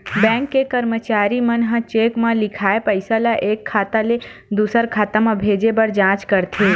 bank के करमचारी मन ह चेक म लिखाए पइसा ल एक खाता ले दुसर खाता म भेजे बर जाँच करथे